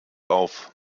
auf